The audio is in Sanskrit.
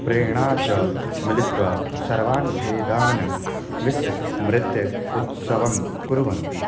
प्रेरणा च मिलित्वा सर्वान् भेदान् विस्मृत्य उत्सवं कुर्वन्ति